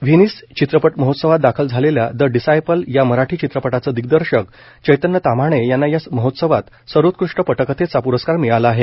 Venice चित्रपट महोत्सवात दाखल झालेल्या द डिसायपल या मराठी चित्रपटाचे दिग्दर्शक चैतन्य ताम्हाणे यांना या महोत्सवात सर्वोत्कृष्ट पटकथेचा प्रस्कार मिळाला आहे